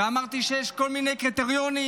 ואמרתי שיש כל מיני קריטריונים,